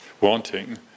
wanting